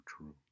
true